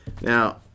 now